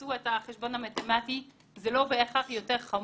תעשו את החשבון המתמטי, זה לא בהכרח יותר חמור.